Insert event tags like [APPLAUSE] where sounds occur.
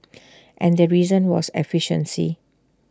[NOISE] and the reason was efficiency